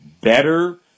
better